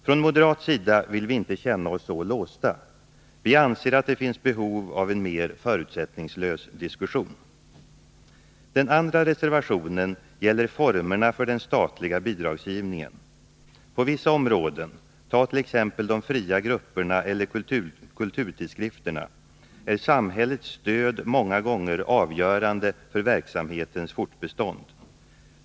Från moderat sida vill vi inte känna oss så låsta — vi anser att det finns behov av en mer förutsättningslös diskussion. Den andra reservationen gäller formerna för den statliga bidragsgivningen. På vissa områden — tag till exempel de fria grupperna eller kulturtidskrifterna — är samhällets stöd många gånger avgörande för verksamhetens fortbestånd.